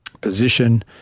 position